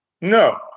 No